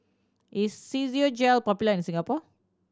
is popular in Singapore